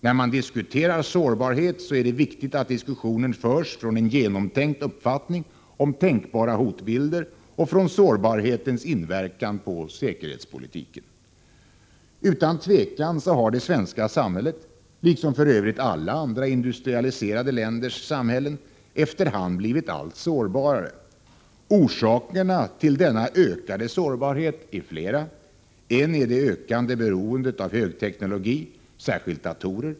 När man diskuterar sårbarhet är det viktigt att diskussionen förs från en genomtänkt uppfattning om tänkbara hotbilder och från sårbarhetens inverkan på säkerhetspolitiken. Utan tvekan har det svenska samhället — liksom f. ö. alla andra industrialiserade länders samhälle — efter hand blivit allt sårbarare. Orsakerna till denna ökade sårbarhet är flera. En är det ökande beroende av högteknologi, särskilt datorer.